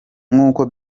nkuko